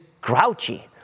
grouchy